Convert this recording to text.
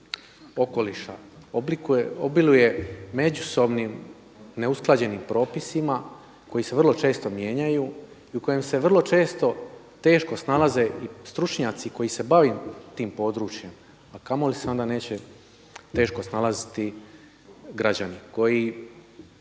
obiluje međusobnim neusklađenim propisima koji se vrlo često mijenjaju i u kojem se vrlo često teško snalaze i stručnjaci koji se bave tim područjem, a kamoli se onda neće teško snalaziti građani koji